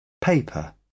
Paper